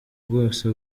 bwose